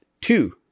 two